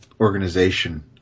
organization